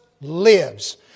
lives